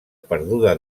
perduda